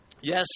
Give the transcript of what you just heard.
yes